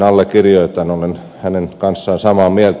olen hänen kanssaan samaa mieltä